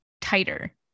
tighter